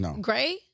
Gray